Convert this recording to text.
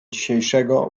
dzisiejszego